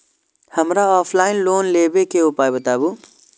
हमरा offline loan लेबे के उपाय बतबु?